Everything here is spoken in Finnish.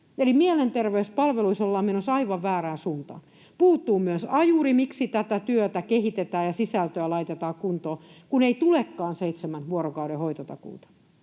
mielenterveyspalveluissa ollaan menossa aivan väärään suuntaan. Puuttuu myös ajuri, miksi tätä työtä kehitetään ja sisältöä laitetaan kuntoon, kun ei tulekaan seitsemän vuorokauden hoitotakuuta.